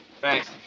Thanks